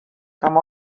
come